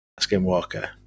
Skinwalker